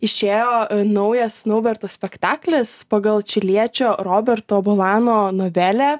išėjo naujas naubertas spektaklis pagal čiliečio roberto bulano novelę